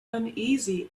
uneasy